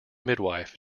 midwife